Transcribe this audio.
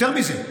יותר מזה,